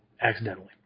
Accidentally